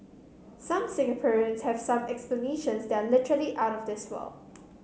some Singaporeans have some explanations that are literally out of this world